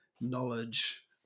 knowledge